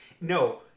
No